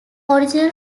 original